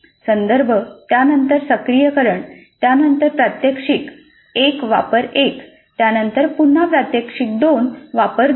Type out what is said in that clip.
संदर्भ त्यानंतर सक्रिय करण त्यानंतर प्रात्यक्षिक एक वापर एक त्यानंतर पुन्हा प्रात्यक्षिक दोनवापर दोन